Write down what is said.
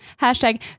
Hashtag